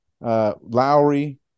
Lowry